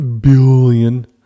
Billion